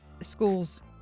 schools